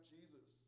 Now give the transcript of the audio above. Jesus